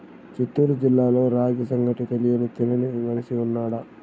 చిత్తూరు జిల్లాలో రాగి సంగటి తెలియని తినని మనిషి ఉన్నాడా